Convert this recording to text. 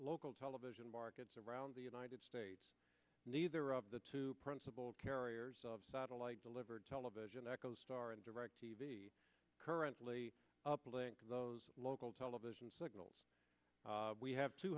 local television markets around the united states neither of the two principal carriers of satellite delivered television echostar and direct t v currently uplink those local television signals we have two